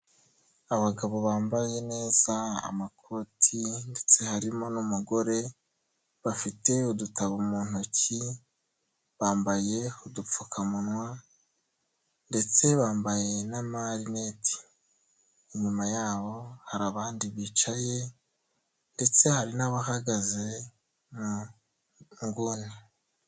Abagabo bambaye neza, amakoti ndetse harimo n'umugore, bafite udutabo mu ntoki, bambaye udupfukamunwa ndetse bambaye n'amarinete, inyuma yabo hari abandi bicaye ndetse hari n'abahagaze mu nguni.